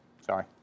Sorry